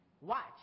watch